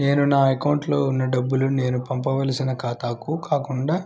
నేను నా అకౌంట్లో వున్న డబ్బులు నేను పంపవలసిన ఖాతాకి కాకుండా